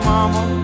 Mama